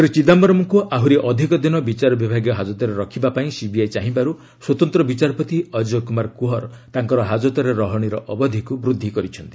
ଶ୍ରୀ ଚିଦାୟରମ୍ଙ୍କୁ ଆହୁରି ଅଧିକ ଦିନ ବିଚାରବିଭାଗୀୟ ହାଜତରେ ରଖିବା ପାଇଁ ସିବିଆଇ ଚାହିଁବାରୁ ସ୍ୱତନ୍ତ୍ର ବିଚାରପତି ଅକ୍ଷୟ କୁମାର କୁହର ତାଙ୍କର ହାଜତରେ ରହଣୀର ଅବଧିକୁ ବୃଦ୍ଧି କରିଛନ୍ତି